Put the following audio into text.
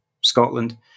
Scotland